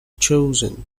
chosen